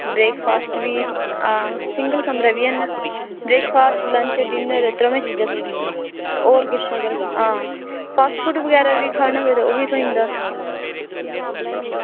breakfast बी आं single कमरा बी हैन ब्रेकफॉस्ट लंच डिनर त्रवै चीज़ां थ्होई जंदियां होर किश अगर आं फॉस्टफूड किश बगैरा खाना होऐ तां ओह्बी थ्होई जंदा